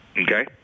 Okay